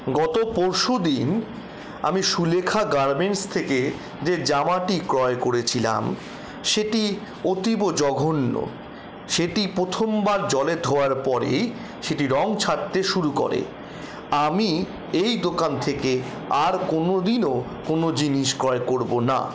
গত পরশুদিন আমি সুলেখা গার্মেন্টস থেকে যে জামাটি ক্রয় করেছিলাম সেটি অতীব জঘন্য সেটি প্রথমবার জলে ধোয়ার পরেই সেটি রং ছাড়তে শুরু করে আমি এই দোকান থেকে আর কোনো দিনও কোনো জিনিস ক্রয় করবো না